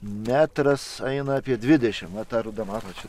metras eina apie dvidešim va ta ruda matot